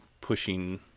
pushing